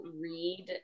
read